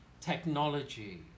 technology